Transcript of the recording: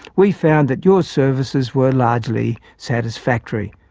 we found that your services were largely satisfactory.